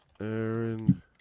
Aaron